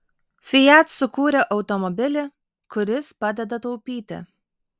fiat sukūrė automobilį kuris padeda taupyti